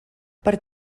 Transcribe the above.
per